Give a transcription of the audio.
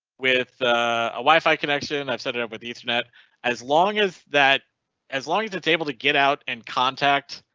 with a wifi connection. i've set it up with ethernet as long as that as long as it's able to get out and contact.